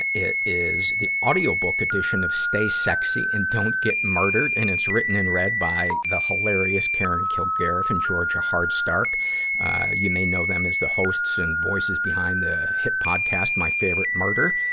it it is the audiobook edition of stay sexy and don't get murdered, and it's written and read by the hilarious karen kilgariff and georgia hardstark you may know them as the hosts and voices behind the hit podcast, my favorite murder.